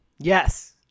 Yes